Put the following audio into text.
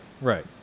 Right